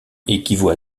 équivaut